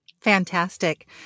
Fantastic